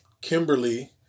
Kimberly